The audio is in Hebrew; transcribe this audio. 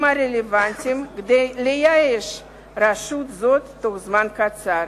הרלוונטיים כדי לאייש רשות זו בתוך זמן קצר,